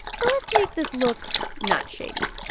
but let's make this look not shady.